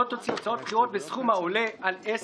זה